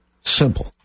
Simple